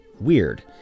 weird